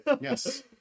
yes